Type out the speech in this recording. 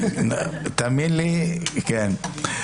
תאמין לי, כן.